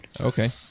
Okay